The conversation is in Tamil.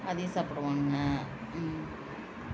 அதையும் சாப்பிடுவானுங்க